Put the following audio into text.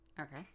Okay